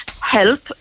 help